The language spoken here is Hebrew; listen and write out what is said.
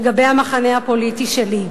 לגבי המחנה הפוליטי שלי,